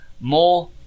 more